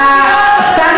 איזו הסברה?